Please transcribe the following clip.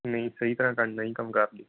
ਨਹੀਂ ਸਹੀ ਤਰ੍ਹਾਂ ਨਾਲ ਨਹੀਂ ਕੰਮ ਕਰਦੇ